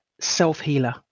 self-healer